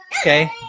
Okay